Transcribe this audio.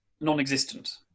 non-existent